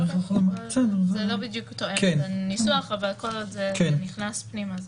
זה לא בדיוק תואם את הניסוח אבל כל עוד זה נכנס פנימה.